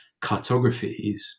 cartographies